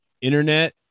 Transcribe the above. internet